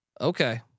Okay